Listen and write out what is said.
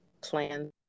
plan